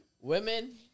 women